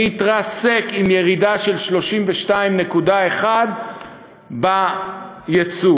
מתרסק עם ירידה של 32.1% בייצוא.